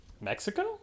Mexico